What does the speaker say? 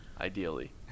Ideally